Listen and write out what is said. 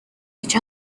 each